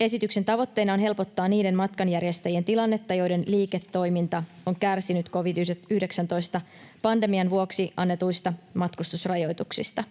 Esityksen tavoitteena on helpottaa niiden matkanjärjestäjien tilannetta, joiden liiketoiminta on kärsinyt covid-19-pandemian vuoksi annetuista matkustusrajoituksista.